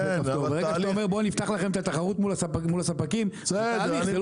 ברגע שאתה אומר בוא נפתח לכם את התחרות מול הספקים זה תהליך,